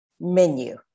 menu